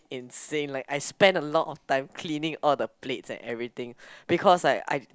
insane like I spent a lot of time cleaning all the plates and everything because like I